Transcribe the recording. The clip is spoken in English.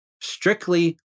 strictly